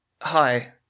Hi